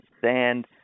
sand